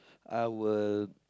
I will